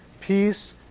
Peace